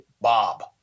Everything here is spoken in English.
Bob